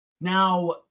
Now